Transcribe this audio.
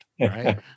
right